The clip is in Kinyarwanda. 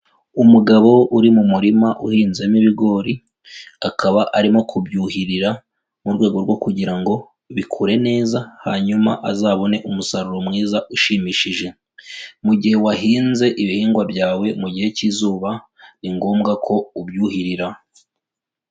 Umugabo uri mu murima uhinzemo ibigori, akaba arimo kubyuhirira mu rwego rwo kugira ngo bikure neza, hanyuma azabone umusaruro mwiza ushimishije. Mu gihe wahinze ibihingwa byawe, mu gihe cy'izuba ni ngombwa ko ubyuhirira.